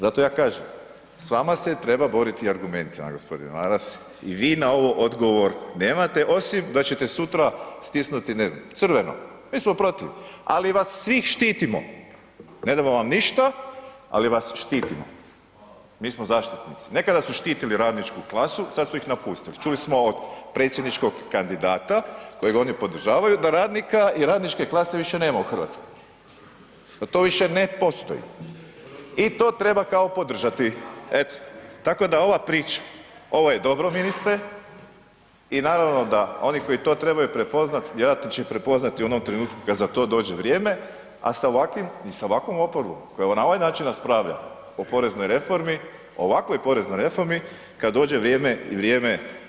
Zato ja kažem, s vama se treba boriti argumentima g. Maras i na ovo odgovor nemate osim da ćete sutra stisnuti, ne znam, crveno, mi smo pratili, ali vas svih štitimo, ne damo vam ništa, ali vas štitimo, mi smo zaštitnici, nekada su štitili radničku klasu, sad su ih napustili, čuli smo od predsjedničkog kandidata kojega oni podržavaju da radnika i radničke klase više nema u RH, da to više ne postoji i to treba kao podržati eto, tako da ova priča, ovo je dobro ministre i naravno da oni koji to trebaju prepoznat vjerojatno će prepoznati u onom trenutku kad za to dođe vrijeme, a sa ovakvim i sa ovakvom oporbom koja na ovaj način raspravlja o poreznoj reformi, ovakvoj poreznoj reformi kad dođe vrijeme i vrijeme